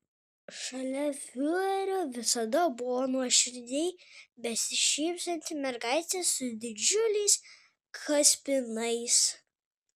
šalia fiurerio visada buvo nuoširdžiai besišypsanti mergaitė su didžiuliais kaspinais